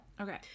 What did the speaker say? okay